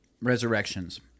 Resurrections